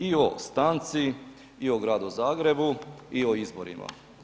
I o stanci i o Gradu Zagrebu i o izborima.